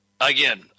Again